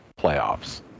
playoffs